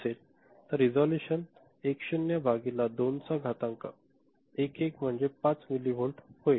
तर रिझोल्यूशन 10 भागिले 2 चा घातांक 11 म्हणजे हे 5 मिलिव्होल्ट होईल